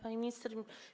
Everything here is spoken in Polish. Pani Minister!